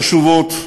העובדות חשובות,